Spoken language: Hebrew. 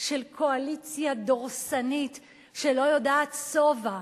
של קואליציה דורסנית שלא יודעת שובע,